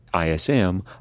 ISM